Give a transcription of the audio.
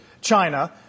China